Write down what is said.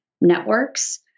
networks